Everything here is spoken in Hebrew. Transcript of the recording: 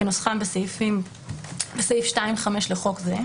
כנוסחם בסעיף 2(5) לחוק זה,